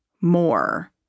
more